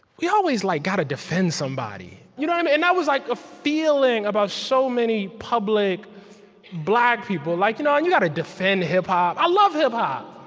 we always like gotta defend somebody. you know um and that was like a feeling about so many public black people. like and you gotta defend hip-hop. i love hip-hop,